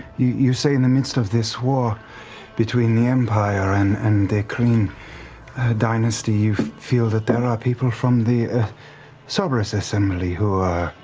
you say in the midst of this war between the empire and and the kryn dynasty, you feel that there are people from the so cerberus assembly who are